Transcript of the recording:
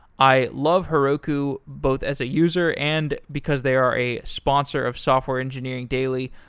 i love heroku both as a user and because they are a sponsor of software engineering daily,